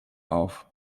auf